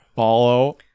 Follow